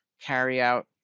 carryout